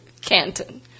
Canton